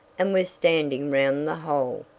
and were standing round the hole,